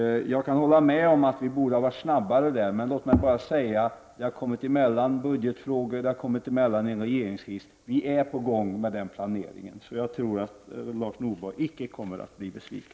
Jag kan hålla med om att vi borde ha varit snabbare i det avseendet, men det har kommit budgetfrågor och en regeringskris emellan. Vi är på gång med planeringen för arbetet med dessa frågor. Jag tror inte att Lars Norberg kommer att bli besviken.